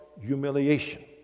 humiliation